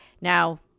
Now